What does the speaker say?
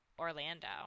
Orlando